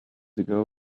ago